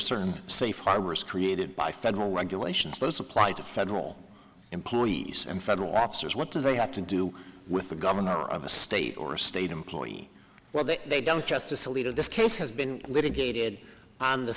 certain safe harbors created by federal regulations those apply to federal employees and federal officers what do they have to do with the governor of a state or a state employee well that they don't justice alito this case has been litigated on the